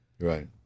Right